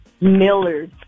Miller